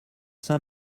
saint